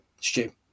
Stu